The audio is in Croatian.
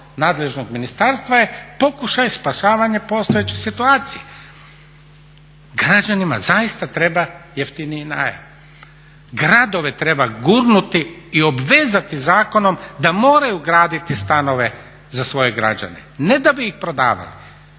nadležnog ministarstva je pokušaj spašavanja postojeće situacije. Građanima zaista treba jeftiniji najam. Gradove treba gurnuti i obvezati zakonom da moraju graditi stanove za svoje građane, ne da bi ih prodavali,